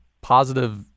positive